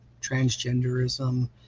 transgenderism